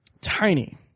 Tiny